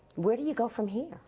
where do you go from here?